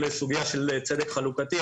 לסוגיה של צדק חלוקתי.